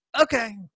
Okay